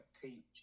teach